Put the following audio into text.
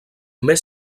més